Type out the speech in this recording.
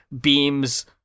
Beam's